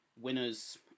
winners